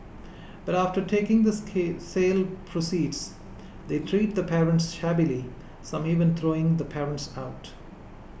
but after taking the sale proceeds they treat the parents shabbily some even throwing the parents out